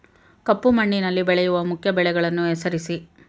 ಕಪ್ಪು ಮಣ್ಣಿನಲ್ಲಿ ಬೆಳೆಯುವ ಮುಖ್ಯ ಬೆಳೆಗಳನ್ನು ಹೆಸರಿಸಿ